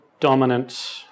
dominant